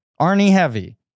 Arnie-heavy